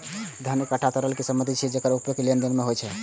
धन एकटा तरल संपत्ति छियै, जेकर उपयोग लेनदेन मे होइ छै